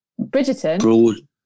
Bridgerton